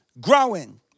growing